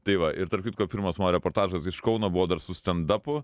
tai va ir tarp kitko pirmas mano reportažas iš kauno buvo dar su standapu